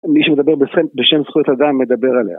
מי שמדבר בשם זכויות אדם מדבר עליה.